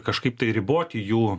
kažkaip tai riboti jų